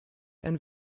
and